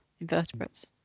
invertebrates